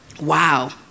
Wow